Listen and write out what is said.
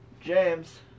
James